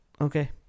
okay